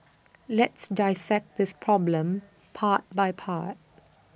let's dissect this problem part by part